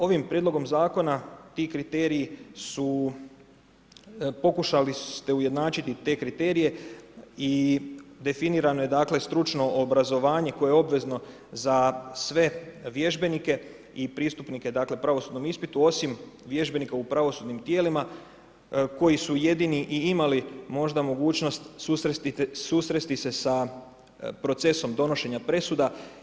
Ovim prijedlogom zakona, ti kriteriji su pokušali ste ujednačiti te kriterije i definirano je stručno obrazovanje, koje je obvezno za sve vježbenike i pristupnike pravosudnom ispitu, osim, vježbenike u pravosudnim tijelima, koji su jedini i imali možda mogućnost susresti se sa procesom donošenja presuda.